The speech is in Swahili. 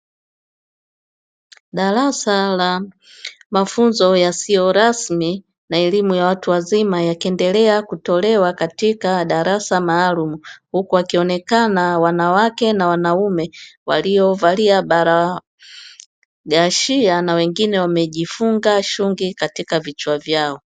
Darasa la mafunzo yasiyo rasmi na elimu ya watu wazima yakiendelea kutolewa katika darasa maalumu huku akionekana wanawake na wanaume waliovalia baragashia na wengine wamejifunga shungi katika vichwa vyao.